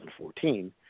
2014